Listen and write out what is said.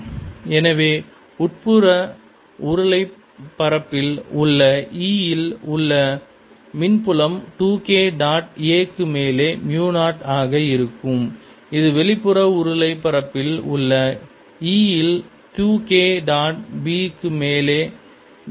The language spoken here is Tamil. E0s2dKdt எனவே உட்புற உருளை பரப்பில் உள்ள E இல் உள்ள மின்புலம் 2 K டாட் a க்கு மேலே மியூ 0 ஆக இருக்கும் மற்றும் வெளிப்புற உருளை பரப்பில் உள்ள E இல் 2 K டாட் b க்கு மேலே மியூ 0 ஆக இருக்கும்